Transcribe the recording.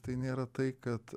tai nėra tai kad